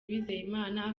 uwizeyimana